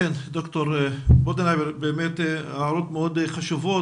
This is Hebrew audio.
ד"ר בודנהיימר, הערות חשובות מאוד.